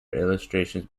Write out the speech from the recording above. illustrations